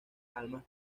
almas